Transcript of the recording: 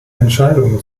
entscheidungen